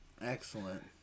Excellent